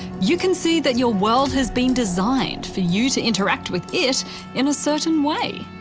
you can see that your world has been designed for you to interact with it in a certain way.